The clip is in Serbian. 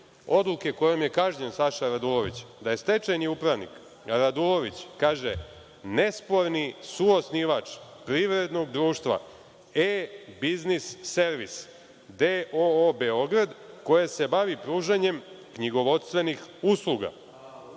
odluke kojom je kažnjen Saša Radulović - da je stečajni upravnik Radulović nesporni suosnivač privrednog društva „E biznis servis“ d.o.o. Beograd koje se bavi pružanjem knjigovodstvenih usluga.